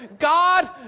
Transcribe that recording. God